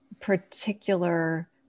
particular